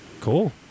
Cool